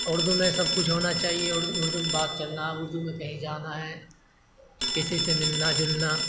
اردو میں سب کچھ ہونا چاہیے ارد اردو میں بات چلنا اردو میں کہیں جانا ہے کسی سے ملنا جلنا